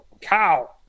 cow